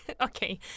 Okay